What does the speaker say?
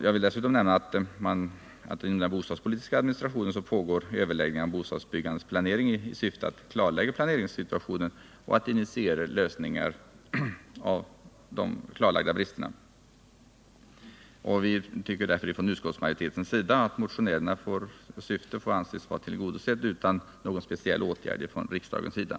Jag vill dessutom nämna att det inom den bostadspolitiska administrationen pågår överläggningar om bostadsbyggandets planering i syfte att klarlägga planeringssituationen och initiera lösningar av klarlagda brister. Utskottsmajoriteten menar därför att motionärernas syfte får anses vara tillgodosett utan någon speciell åtgärd från riksdagens sida.